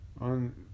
On